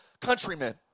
countrymen